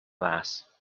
last